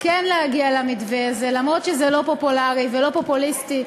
כן להגיע למתווה הזה אף שזה לא פופולרי ולא פופוליסטי,